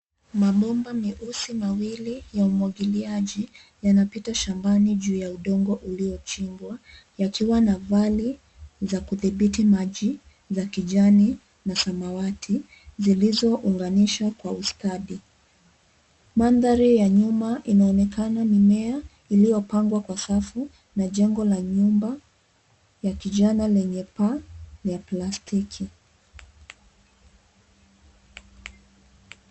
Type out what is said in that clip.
Kuna miundo mieusi mawili ya umwagiliaji yanapita shambani juu ya udongo uliochimbwa yakiwa na vali za kudhibiti maji ya kijani na samawati, zilizounganishwa kwa ustadi. Mandhari ya nyuma inaonekana mimea iliyopangwa kwa safu na jengo la nyumba la kijani lenye paa la plastiki.